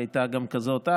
היא הייתה כזו גם אז,